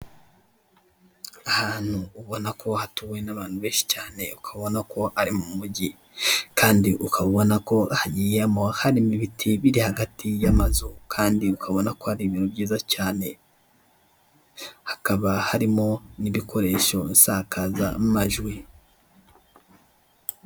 Ahantu ubona ko hatuwe n'abantu benshi cyane, ukaba ubona ko ari mu mugi, kandi ukaba ubona ko hagiyemo harimo ibiti biri hagati y'amazu kandi ukaba ubona ko ari ibintu byiza cyane. Hakaba harimo n'ibikoresho nsakazamajwi.